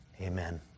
Amen